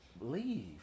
Leave